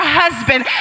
husband